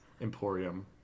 Emporium